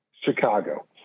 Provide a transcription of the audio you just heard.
Chicago